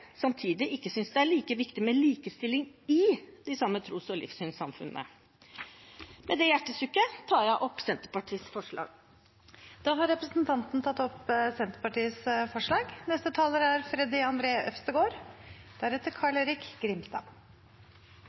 samtidig ikke synes det er like viktig med likestilling i de samme tros- og livssynssamfunnene. Med det hjertesukket tar jeg opp Senterpartiets forslag. Representanten Åslaug Sem-Jacobsen har tatt opp Senterpartiets forslag. Dette er